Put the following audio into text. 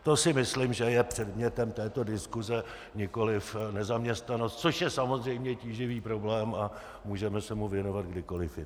To si myslím, že je předmětem této diskuse, nikoliv nezaměstnanost, což je samozřejmě tíživý problém a můžeme se mu věnovat kdykoliv jindy.